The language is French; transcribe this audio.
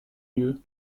lieu